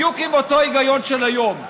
בדיוק עם אותו היגיון של היום.